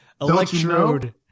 Electrode